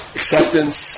acceptance